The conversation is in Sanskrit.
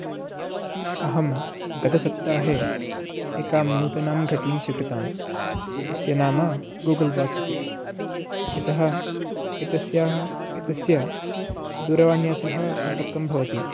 अहं गतसप्ताहे एकां नूतनां घटीं स्वीकृतवान् तस्य नाम गूगल् वाच् इति यतः एतस्याः एतस्य दूरवाण्या सह सम्पर्कं भवति